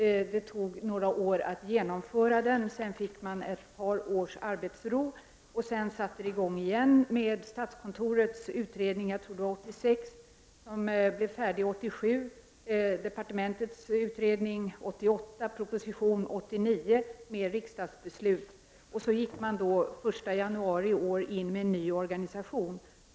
Det tog några år att genomföra denna omorganisation. Efter detta fick man ett par års arbetsro, innan man satte i gång med statskontorets utredning 1986. Den blev färdig 1987 och följdes av departementens utredning 1988, propositionen 1989 och sedan riksdagsbeslutet. Och den 1 januari i år infördes den nya organisationen.